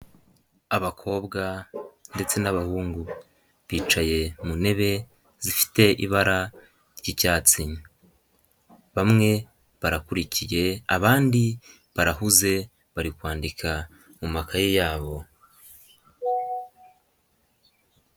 Abakobwa ndetse n'abahungu bicaye mu ntebe zifite ibara ry'icyatsi, bamwe barakurikiye abandi barahuze bari kwandika mu makaye yabo.